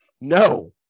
No